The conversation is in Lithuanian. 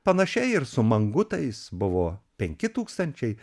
panašiai ir su mangutais buvo penki tūkstančiai